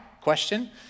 question